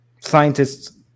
scientists